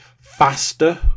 Faster